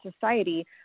society